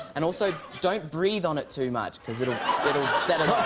and also, don't breathe on it too much, cause it'll it'll set it off.